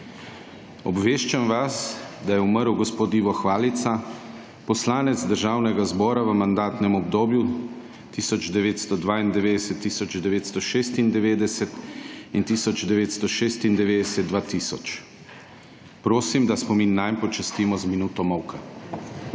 Obveščam vas, da je umrl gospod Ivo Hvalica, poslanec Državnega zbora v mandatnem obdobju 1992-1996 in 1996-2000. Prosim, da spomin nanj počastimo z minuto molka.